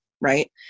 right